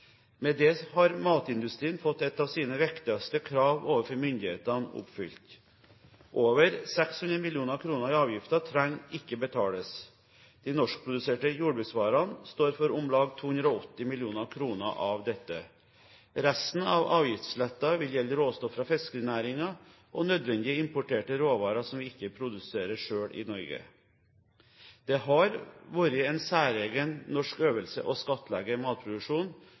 Med det har matindustrien fått et av sine viktigste krav overfor myndighetene oppfylt. Over 600 mill. kr i avgifter trenger ikke betales. De norskproduserte jordbruksvarene står for om lag 280 mill. kr av dette. Resten av avgiftsletten vil gjelde råstoff fra fiskerinæringen og nødvendige importerte råvarer som vi ikke produserer selv i Norge. Det har vært en særegen norsk øvelse å skattlegge matproduksjon.